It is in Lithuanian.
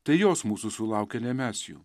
tai jos mūsų sulaukė ne mes jų